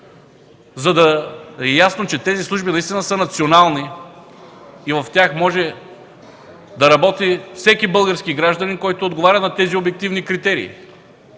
за да е ясно, че тези служби наистина са национални и в тях може да работи всеки български гражданин, който отговаря на тези обективни критерии.